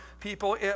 people